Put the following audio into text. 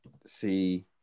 see